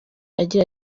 agira